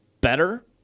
better